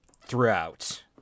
throughout